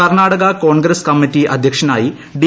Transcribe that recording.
Karnataka Congress committee അദ്ധ്യക്ഷനായി D